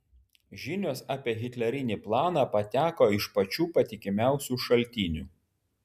žinios apie hitlerinį planą pateko iš pačių patikimiausių šaltinių